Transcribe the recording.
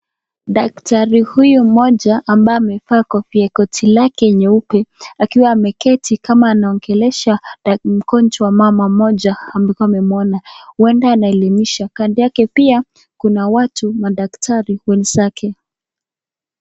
Daktari huyu mmoja ambaye amevaa koti lake nyeupe akiwa ameketi kama anaongelesha mgonjwa mama mmoja amekuwa amemuona huenda anaelimisha kando yake pia kuna watu madaktari wenzake.